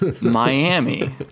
Miami